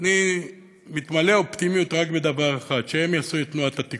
ואני מתמלא אופטימיות רק מדבר אחד: שהם יעשו את תנועת התיקון,